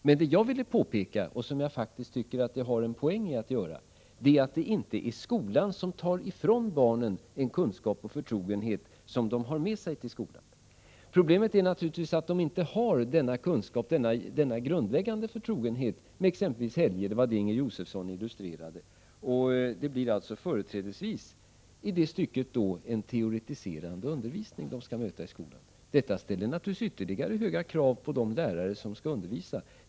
Men det jag ville påpeka, och som jag faktiskt tycker har en poäng, är att det inte är skolan som tar ifrån barnen den kunskap och förtrogenhet som de har med sig till skolan. Problemet är naturligtvis att de inte har denna kunskap och denna grundläggande förtrogenhet med exempelvis helger, som Inger Josefsson illustrerade. Detta leder till att de möter en företrädesvis teoretiserande undervisning i skolan. Detta ställer naturligtvis ytterligare höga krav på de lärare som skall undervisa.